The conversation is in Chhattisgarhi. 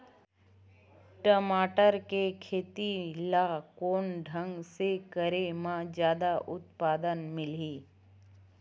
टमाटर के खेती ला कोन ढंग से करे म जादा उत्पादन मिलही?